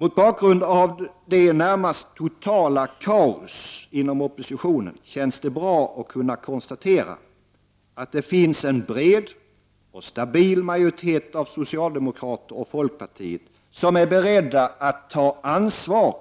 Mot bakgrund av detta närmast totala kaos inom oppositionen känns det bra att kunna konstatera att det finns en bred och stabil majoritet av socialdemokrater och folkpartister som är beredda att ta ansvar